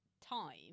time